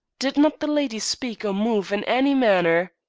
did not the lady speak or move in any manner?